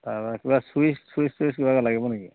তাৰ পৰা কিবা চুইছ চুইছ টবিছ কিবা লাগিব নেকি